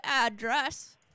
address